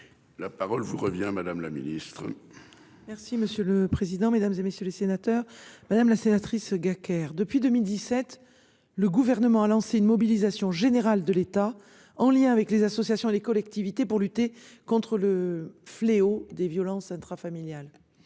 La parole vous revient. Madame la ministre. Merci monsieur le président, Mesdames, et messieurs les sénateurs, madame la sénatrice gars depuis 2017. Le gouvernement a lancé une mobilisation générale de l'État en lien avec les associations et les collectivités pour lutter contre le fléau des violences intrafamiliales.